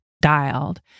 dialed